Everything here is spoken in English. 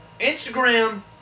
Instagram